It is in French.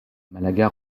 malaga